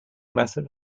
method